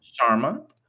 Sharma